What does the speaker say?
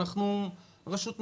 אנחנו רשות מנהלית,